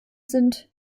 sind